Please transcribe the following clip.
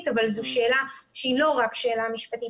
אבל זו שאלה שהיא לא רק שאלה משפטית,